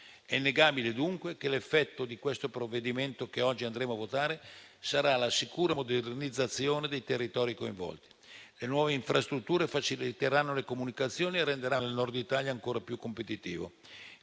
È innegabile dunque che l'effetto di questo provvedimento, che oggi ci accingiamo a votare, sarà la sicura modernizzazione dei territori coinvolti. Le nuove infrastrutture faciliteranno le comunicazioni e renderanno il Nord Italia ancora più competitivo,